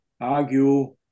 argue